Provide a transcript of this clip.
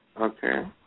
Okay